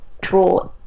draw